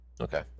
Okay